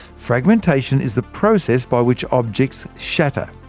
fragmentation is the process by which objects shatter.